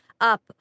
up